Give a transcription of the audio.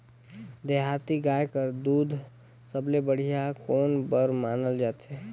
देहाती गाय कर दूध सबले बढ़िया कौन बर मानल जाथे?